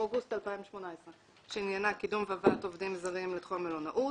אוגוסט 2018. --- שעניינה קידום והבאת עובדים זרים לתחום המלונאות.